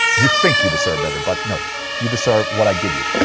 you think you deserve better, but no you deserve what i give you,